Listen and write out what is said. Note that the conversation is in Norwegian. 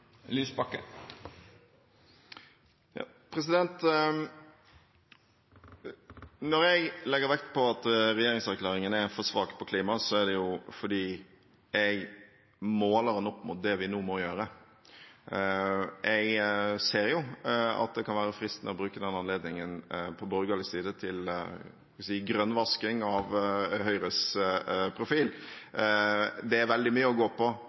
Når jeg legger vekt på at regjeringserklæringen er for svak på klima, er det fordi jeg måler den opp mot det vi nå må gjøre. Jeg ser jo at det kan være fristende fra borgerlig side å bruke den anledningen til grønnvasking av Høyres profil. Det er veldig mye å gå på